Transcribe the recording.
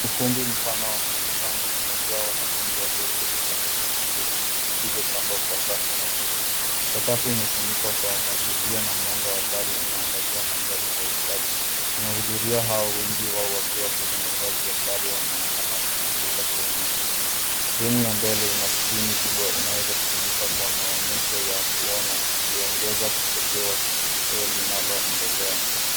Ukumbi mpana wa mikutano umejaa wanafunzi walioketi kwenye viti vyekundu vilivyopangwa kwa safu nadhifu. Sakafu imefunikwa kwa mazulia na mwanga wa dari unaangazia mandhari kwa ustadi. Wanahudhuria hao wengi wao wakiwa kwenye mavazi ya sare, wanaonekana wakisikiliza kwa umakini. Sehemu ya mbele ina skrini kubwa, inaweza kutumika kwa maonyesho ya kuona, ikiongeza upekee wa tukio linaloendelea.